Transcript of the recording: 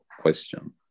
question